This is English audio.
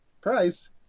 price